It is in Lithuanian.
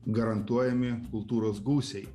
garantuojami kultūros gūsiai